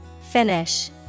Finish